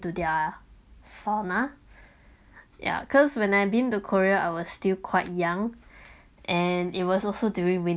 to their sauna yeah cause when I've been to korea I was still quite young and it was also during winter